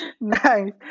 nice